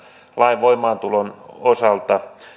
lain voimaantulon osalta